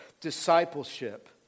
discipleship